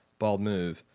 BaldMove